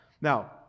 Now